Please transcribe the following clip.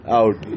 out